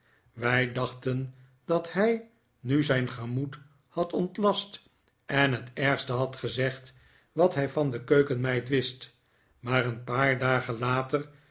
wij dachten dat hij nu zijn gemoed had ontlast en het ergste had gezegd wat hij van de keukenmeid wist maar een paar dagen later